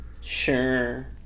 Sure